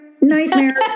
nightmare